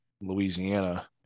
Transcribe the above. Louisiana